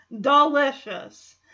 delicious